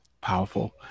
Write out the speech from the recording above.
Powerful